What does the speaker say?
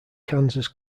kansas